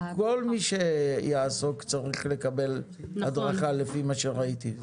כל מי שיעסוק צריך לקבל הדרכה, לפי מה שראיתי.